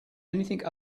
anything